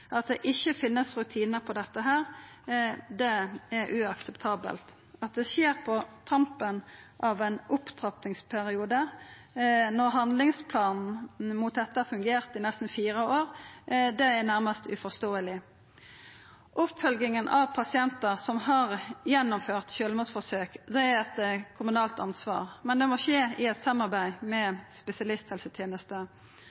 ikkje finst rutinar for dette, er uakseptabelt. At det skjer på tampen av ein opptrappingsperiode, når handlingsplanen mot dette har fungert i nesten fire år, er nærmast uforståeleg. Oppfølging av pasientar som har gjennomført sjølvmordsforsøk, er eit kommunalt ansvar. Men det må skje i eit samarbeid